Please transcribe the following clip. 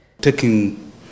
Taking